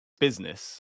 business